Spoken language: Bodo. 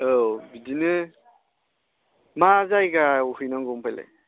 औ बिदिनो मा जायगायाव हैनांगौ ओमफ्रायलाय